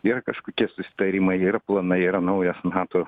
yra kažkokie susitarimai yra planai yra naujas nato